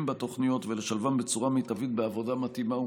בתוכניות ולשלבם בצורה מיטבית בעבודה מתאימה ומקדמת.